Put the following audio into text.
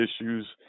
issues